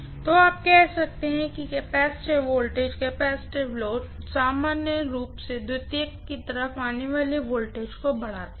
तो आप कह सकते हैं कि कैपेसिटिव वोल्टेज कैपेसिटिव लोड सामान्य रूप से सेकेंडरी तरफ आने वाले वोल्टेज को बढ़ाते हैं